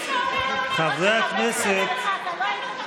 כל מי שאומר לו משהו, חברי הכנסת, בבקשה.